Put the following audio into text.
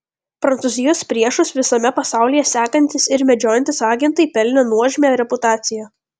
prancūzijos priešus visame pasaulyje sekantys ir medžiojantys agentai pelnė nuožmią reputaciją